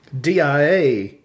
DIA